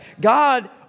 God